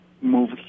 move